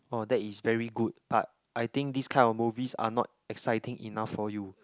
oh that is very good but I think this kind of movies are not exciting enough for you